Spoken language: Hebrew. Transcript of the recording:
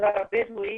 שהמגזר הבדואי